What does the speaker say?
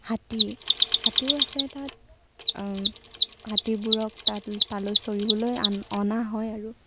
হাতী হাতীও আছে তাত হাতীবোৰক তালৈ চৰিবলৈ অনা হয় আৰু